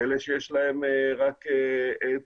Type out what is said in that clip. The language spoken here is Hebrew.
כאלה שיש להן רק ווטסאפ.